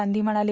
गांधी म्हणाले